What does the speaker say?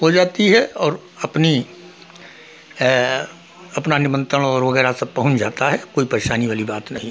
हो जाती है और अपनी अपना निमंत्रण और वगैरह सब पहुँच जाता है कोई परेशानी वाली बात नहीं